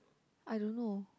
I don't know